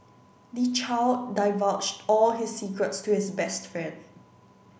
the child divulged all his secrets to his best friend